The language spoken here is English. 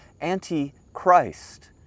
anti-Christ